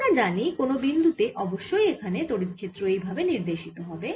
আমরা জানি কোন বিন্দু তে অবশ্যই এখানে তড়িৎ ক্ষেত্র এই ভাবে নির্দেশিত হবে